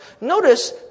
Notice